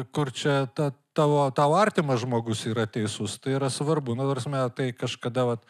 kur čia ta tavo tau artimas žmogus yra teisus tai yra svarbu na ta prasme tai kažkada vat